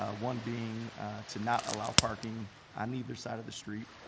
ah one being to not allow parking on either side of the street.